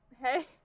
Hey